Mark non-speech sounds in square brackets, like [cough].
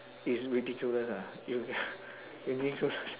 is ridiculous ah you [noise] ridiculous